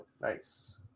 nice